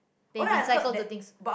they can cycle to things